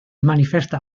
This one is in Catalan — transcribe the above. manifesta